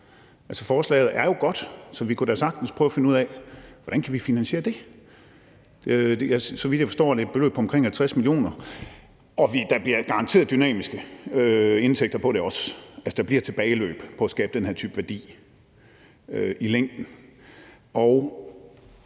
Altså, forslaget er jo godt, så vi kunne da sagtens prøve at finde ud af, hvordan vi kan finansiere det. Så vidt jeg forstår det, er det et beløb på omkring 50 mio. kr. Der bliver garanteret også dynamiske indtægter på det. Altså, der bliver et tilbageløb på at skabe den her type værdi i længden.